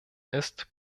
ist